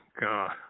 God